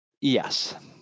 yes